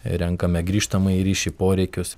renkame grįžtamąjį ryšį poreikius